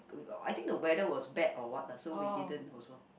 I think the weather was bad or what lah so we didn't also